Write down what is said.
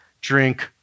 drink